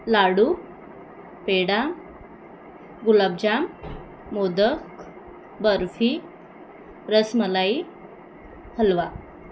लाडू peda gulab jam modak barfi rasmalai हलवा